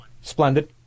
Splendid